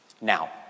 Now